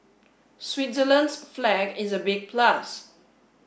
Switzerland's flag is a big plus